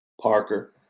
Parker